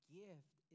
gift